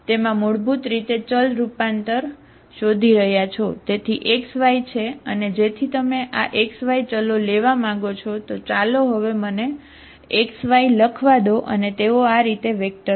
તેથી xy છે અને જેથી તમે આ xy ચલો લેવા માંગો છો તો ચાલો હવે મને xy લખવા દો અને તેઓ આ રીતે વેક્ટર છે